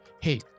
Hey